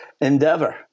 endeavor